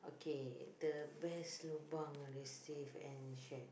the best lobang I recieved and shared